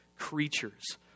creatures